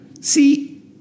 See